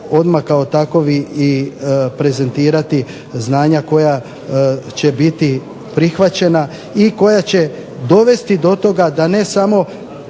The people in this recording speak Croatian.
odmah kao takovi i prezentirati znanja koja će biti prihvaćena i koja će dovesti do toga da ne samo